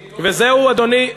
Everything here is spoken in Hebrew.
וזהו, אדוני.